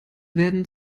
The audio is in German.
werden